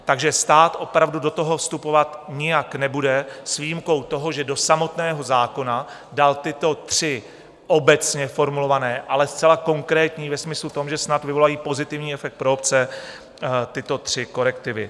Takže stát opravdu do toho vstupovat nijak nebude s výjimkou toho, že do samotného zákona dal tyto tři obecně formulované ale zcela konkrétní ve smyslu tom, že snad vyvolají pozitivní efekt pro obce tyto tři korektivy.